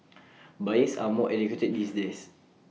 buyers are more educated these days